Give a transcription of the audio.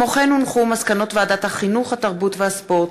מסקנות ועדת החינוך, התרבות והספורט